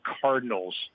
Cardinals